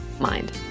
mind